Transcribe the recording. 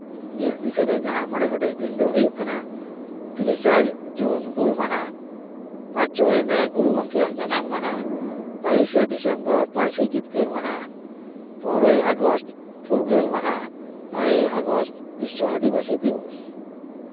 ᱤᱧᱟᱹᱜ ᱫᱤᱥᱟᱹᱨᱮ ᱡᱟᱦᱟᱸ ᱢᱚᱬᱮ ᱜᱚᱴᱮᱡ ᱫᱤᱱ ᱫᱚ ᱦᱩᱭᱩᱜ ᱠᱟᱱᱟ ᱛᱤᱨᱤᱥᱟᱭ ᱡᱩᱱ ᱦᱩᱞ ᱢᱟᱦᱟ ᱯᱟᱸᱪᱚᱭ ᱢᱮ ᱜᱩᱨᱩ ᱜᱚᱝᱠᱮᱭᱟᱜ ᱡᱟᱱᱟᱢ ᱢᱟᱦᱟ ᱵᱟᱭᱤᱥᱮ ᱰᱤᱥᱮᱢᱵᱚᱨ ᱯᱟᱹᱨᱥᱤ ᱡᱤᱛᱠᱟᱹᱨ ᱢᱟᱦᱟ ᱯᱚᱱᱨᱚᱭ ᱟᱜᱚᱥᱴ ᱯᱷᱩᱨᱜᱟᱹᱞ ᱢᱟᱦᱟ ᱱᱚᱭᱮ ᱟᱜᱚᱥᱴ ᱵᱤᱥᱥᱚ ᱟᱹᱫᱤᱵᱟᱹᱥᱤ ᱫᱤᱵᱚᱥ